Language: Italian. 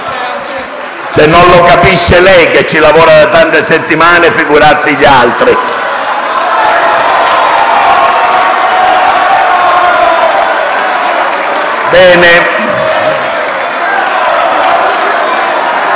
Se non lo capisce lei che ci lavora da tante settimane, figurarsi gli altri!